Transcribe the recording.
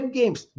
games